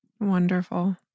Wonderful